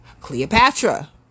Cleopatra